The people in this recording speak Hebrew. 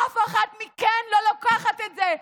אף אחת מכן לא לוקחת את זה.